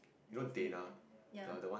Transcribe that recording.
dean's list leh ya